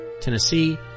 Tennessee